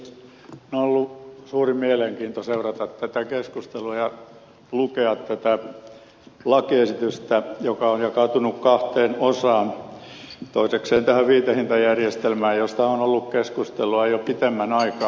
on ollut suuri mielenkiinto seurata tätä keskustelua ja lukea tätä lakiesitystä joka on jakautunut kahteen osaan toisekseen tähän viitehintajärjestelmään josta on ollut keskustelua jo pitemmän aikaa